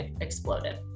exploded